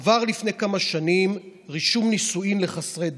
עבר לפני כמה שנים רישום נישואין לחסרי דת.